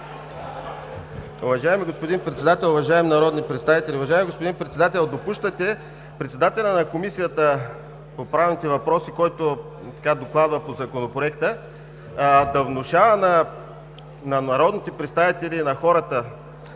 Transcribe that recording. Уважаеми господин Председател, уважаеми народни представители! Уважаеми господин Председател, допускате председателят на Комисията по правните въпроси, който докладва по Законопроекта, да внушава на народните представители и на хората,